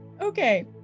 Okay